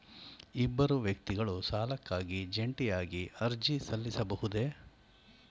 ಇಬ್ಬರು ವ್ಯಕ್ತಿಗಳು ಸಾಲಕ್ಕಾಗಿ ಜಂಟಿಯಾಗಿ ಅರ್ಜಿ ಸಲ್ಲಿಸಬಹುದೇ?